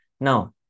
now